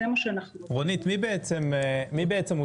זה מה שאנחנו עושים.